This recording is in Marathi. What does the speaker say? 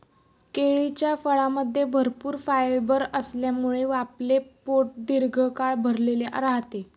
केळीच्या फळामध्ये भरपूर फायबर असल्यामुळे आपले पोट दीर्घकाळ भरलेले राहते